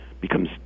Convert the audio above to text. becomes